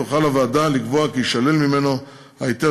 תוכל הוועדה לקבוע כי יישלל ממנו ההיתר